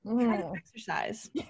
exercise